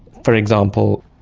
for example,